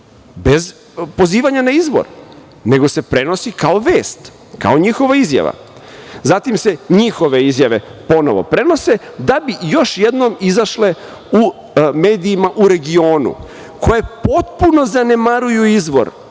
bez pozivanja na izbor, nego se prenosi kao vest, kao njihova izjava. Zatim se njihove izjave ponovo prenose da bi još jednom izašle u medijima u regionu koje potpuno zanemaruju izvor.